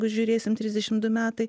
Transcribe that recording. jeigu žiūrėsim trisdešim du metai